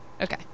Okay